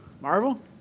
Marvel